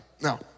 Now